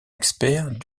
expert